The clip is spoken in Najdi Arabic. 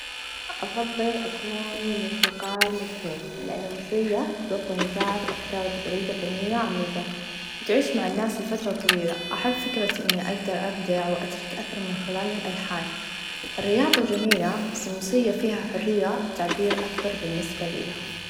أفظل أكون موسيقار مشهور لأن الموسيه توصل المشاعر و أفكار بطريقه فنيه عميقه و تعيش مع الناس لفتره طويله أحب فكره إني أقدرأبدع و أترك أثر من خلال الألحان الرياظه چميله بس الموسه فيها حريه تعبير أكبر بالنسبه ليا.